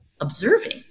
observing